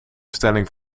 stelling